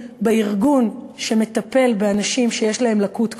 בארגון שמטפל באנשים שיש להם לקות כפולה,